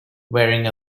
wearing